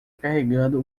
carregando